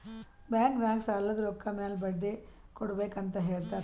bank ನಾಗ್ ಸಾಲದ್ ರೊಕ್ಕ ಮ್ಯಾಲ ಬಡ್ಡಿ ಕೊಡ್ಬೇಕ್ ಅಂತ್ ಹೇಳ್ತಾರ್